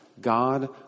God